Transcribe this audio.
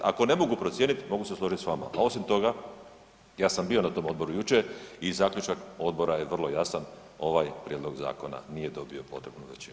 Ako ne mogu procijeniti, mogu se složit s vama a osim toga, ja sam bio na tom odboru jučer i zaključak odbora je vrlo jasan, ovaj prijedlog zakona nije dobio potrebu većinu.